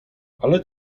ale